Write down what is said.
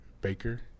Baker